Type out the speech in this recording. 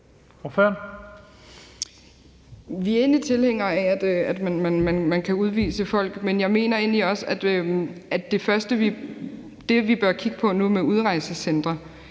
tilhængere af, at man kan udvise folk, men jeg mener egentlig også, at det, vi nu bør kigge på med udrejsecentre,